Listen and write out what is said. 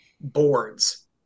boards